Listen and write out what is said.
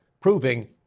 proving